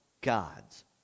God's